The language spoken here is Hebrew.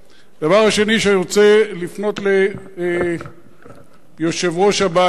הדבר השני, שאני רוצה לפנות אל יושב-ראש הבית,